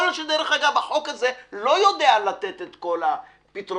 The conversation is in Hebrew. יכול להיות שהחוק הזה לא יודע לתת את כל הפתרונות.